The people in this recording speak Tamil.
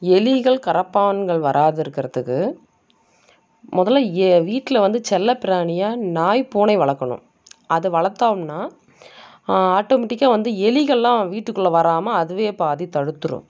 எலிகள் கரப்பான்கள் வராத இருக்கிறதுக்கு முதல்ல என் வீட்டில் வந்து செல்லப்பிராணியாக நாய் பூனை வளர்க்கணும் அத வளர்த்தோம்னா ஆட்டோமேட்டிக்காக வந்து எலிகளெலாம் வீட்டுக்குள்ளே வராமல் அதுவே பாதி தடுத்துடும்